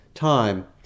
Time